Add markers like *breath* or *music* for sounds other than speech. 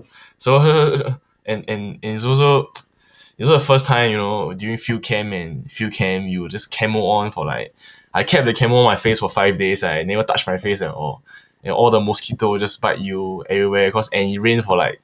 *breath* so so and and and it's also *noise* it's also the first time you know during field camp and field camp you will just camo on for like *breath* I kept the camo on my face for five days and I never touch my face at all *breath* you know all the mosquito just bite you everywhere because and it rain for like